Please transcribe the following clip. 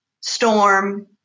storm